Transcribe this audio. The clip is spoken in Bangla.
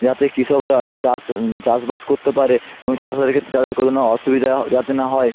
যাত কৃষকরা চাষ চাষবাস করতে পারে এবং চাষবাসের ক্ষেত্রে তাদের কোনো অসুবিধা যাতে না হয়